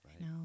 no